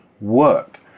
work